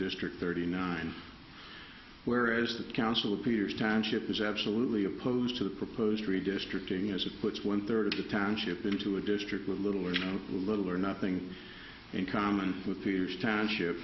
district thirty nine where as the council appears timeship is absolutely opposed to the proposed redistricting as it puts one third of the township into a district with little or no little or nothing in common with huge township